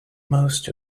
most